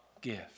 gift